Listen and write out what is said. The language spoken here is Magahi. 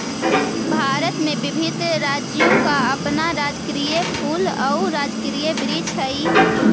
भारत में विभिन्न राज्यों का अपना राजकीय फूल और राजकीय वृक्ष हई